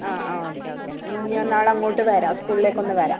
ആ ആ okay okay എന്നാൽ ഞാൻ നാളെ അങ്ങോട്ട് വരാം സ്കൂളിലേക്കൊന്ന് വരാം